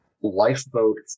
lifeboat